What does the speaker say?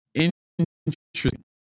interesting